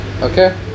Okay